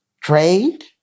trained